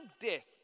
death